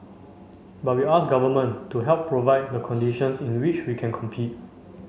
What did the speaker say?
but we ask government to help provide the conditions in which we can compete